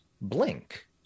blink